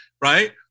right